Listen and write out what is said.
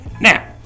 Now